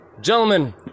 Gentlemen